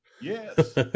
yes